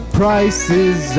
prices